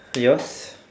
yours